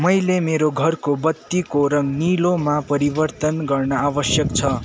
मैले मेरो घरको बत्तीको रङ निलोमा परिवर्तन गर्न आवश्यक छ